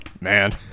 man